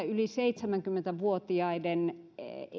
yli seitsemänkymmentä vuotiaiden